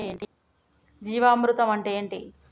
జీవామృతం అంటే ఏంటి?